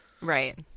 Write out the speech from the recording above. right